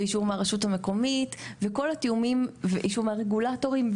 אישור מהרשות המקומית ואישור מהרגולטורים.